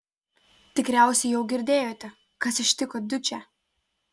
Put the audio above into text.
tikriausiai jau girdėjote kas ištiko dučę